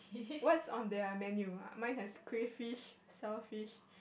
what's on their menu mine has cray fish shell fish